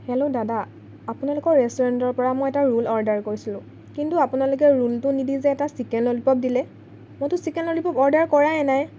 hello দাদা আপোনালোকৰ ৰেষ্টুৰেণ্টৰ পৰা মই এটা ৰোল অৰ্ডাৰ কৰিছিলোঁ কিন্তু আপোনালোকে ৰোলটো নিদি যে এটা চিকেন ললিপপ দিলে মইতো চিকেন ললিপপ অৰ্ডাৰ কৰাই নাই